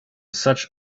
such